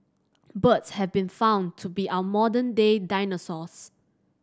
birds have been found to be our modern day dinosaurs